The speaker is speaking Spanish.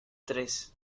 tres